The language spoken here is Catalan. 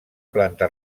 planta